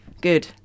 good